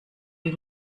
die